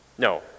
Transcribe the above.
No